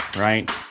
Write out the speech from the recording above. Right